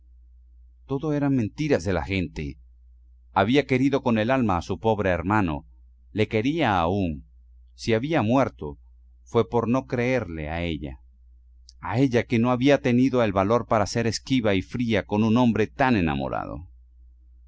todo eran mentiras de la gente había querido con el alma a su pobre hermano le quería aún si había muerto fue por no creerla a ella a ella que no había tenido valor para ser esquiva y fría con un hombre tan enamorado